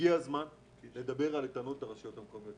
הגיע הזמן לדבר על איתנות הרשויות המקומיות.